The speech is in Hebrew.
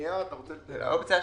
האופציה השנייה,